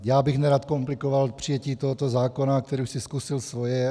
Já bych nerad komplikoval přijetí tohoto zákona, který už si zkusil svoje.